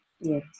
Yes